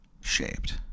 shaped